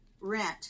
rent